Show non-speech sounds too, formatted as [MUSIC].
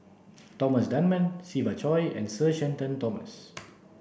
Thomas Dunman Siva Choy and Sir Shenton Thomas [NOISE]